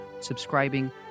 subscribing